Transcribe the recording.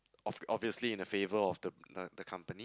of~ obviously in the favour of the the company